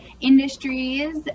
industries